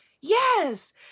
yes